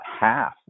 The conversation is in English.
half